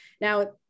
Now